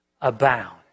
abound